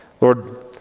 Lord